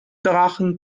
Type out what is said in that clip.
drachen